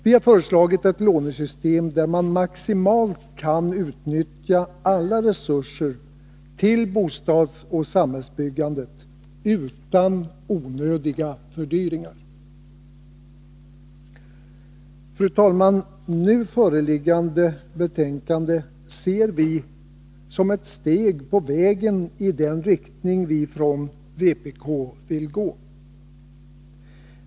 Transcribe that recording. Vi har föreslagit ett lånesystem där man maximalt kan utnyttja alla resurser till bostadsoch samhällsbyggandet utan onödiga fördyringar. 35 Fru talman! Vi ser nu föreliggande betänkande som ett steg på vägen i den riktning vi från vpk vill gå.